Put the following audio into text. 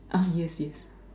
ah yes yes